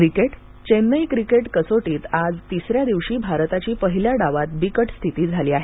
cricket Chennai cricket कसोटीत आज तिसऱ्या दिवशी भारताची पहिल्या डावात बिकट स्थिती झाली आहे